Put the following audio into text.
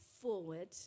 forward